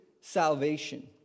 salvation